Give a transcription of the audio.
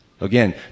Again